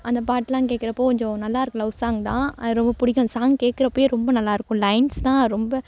அந்த பாட்டுலாம் கேக்கிறப்போ கொஞ்சம் நல்லா இருக்கும் லவ் சாங் தான் அது ரொம்ப பிடிக்கும் அந்த சாங் கேக்கிறப்பையே ரொம்ப நல்லா இருக்கும் லைன்ஸ் தான் ரொம்ப